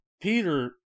Peter